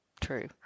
true